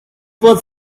was